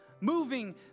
Moving